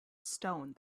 stone